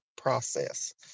process